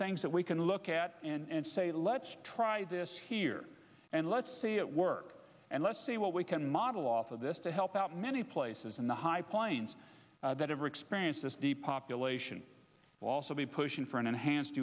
things that we can look at and say let's try this here and let's say it works and let's see what we can model off of this to help out many places in the high plains that ever experience this population will also be pushing for an enhanced